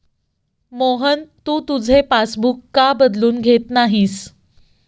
मोहन, तू तुझे पासबुक का बदलून घेत नाहीस?